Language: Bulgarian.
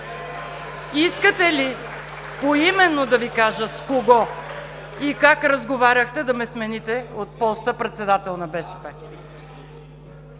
Искате ли поименно да Ви кажа с кого и как разговаряхте да ме смените от поста председател на БСП?